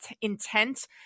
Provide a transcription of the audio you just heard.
intent